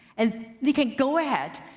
and we can go ahead,